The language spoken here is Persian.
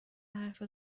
حرف